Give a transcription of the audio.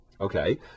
Okay